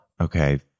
Okay